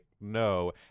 no